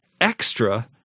extra